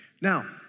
Now